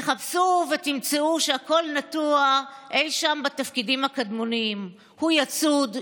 תחפשו ותמצאו שהכול נטוע אי שם בתפקידים הקדמוניים: הוא יצוד,